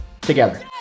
together